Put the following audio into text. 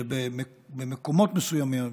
שבמקומות מסוימים,